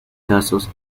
casos